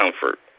comfort